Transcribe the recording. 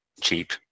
cheap